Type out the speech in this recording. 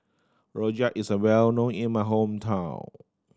rojak is a well known in my hometown